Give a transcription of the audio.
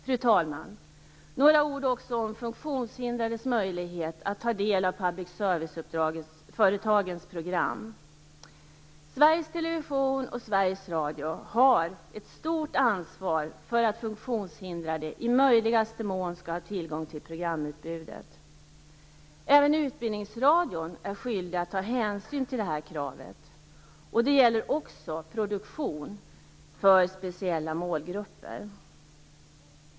Fru talman! Några ord också om funktionshindrades möjligheter att ta del av public service-företagens program. Sveriges Television och Sveriges Radio har ett stort ansvar för att funktionshindrade i möjligaste mån skall ha tillgång till programutbudet. Även Utbildningsradion är skyldig att ta hänsyn till kravet. Det gäller också produktion för speciella målgrupper.